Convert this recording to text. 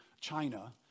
China